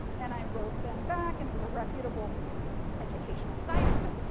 and, i wrote them back and it was a reputable education site. i said,